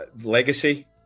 Legacy